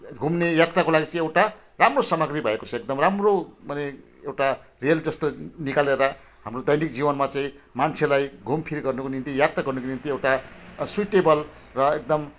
घुम्ने यात्राको लागि चाहिँ एउटा राम्रो सामग्री भएको छ एकदम राम्रो माने एउटा रेल जस्तो निकालेर हाम्रो दैनिक जीवनमा चाहिँ मान्छेलाई घुमफिर गर्नुको निम्ति यात्रा गर्नुको निम्ति एउटा स्विटेबल र एकदम